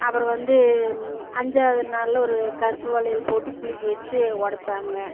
அப்புறம் வந்து அஞ்சாவது நாளில் ஒரு கருப்பு வளையல் போட்டு குளிக்க வெச்சு உடப்பாங்க